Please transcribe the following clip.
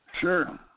Sure